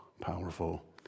Powerful